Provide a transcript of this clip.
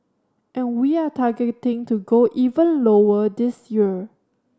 and we are targeting to go even lower this year